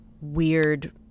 weird